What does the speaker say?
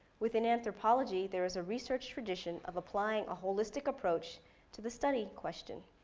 with and anthropology, there is a research position of applying a holistic approach to the study question.